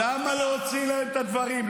למה להוציא להם את הדברים?